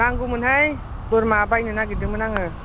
नांगौमोनहाय बोरमा बायनो नागिरदोंमोन आङो